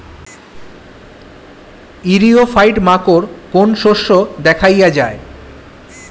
ইরিও ফাইট মাকোর কোন শস্য দেখাইয়া যায়?